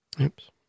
Oops